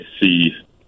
see